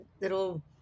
little